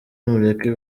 mureke